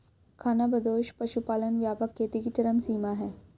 खानाबदोश पशुपालन व्यापक खेती की चरम सीमा है